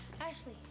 Ashley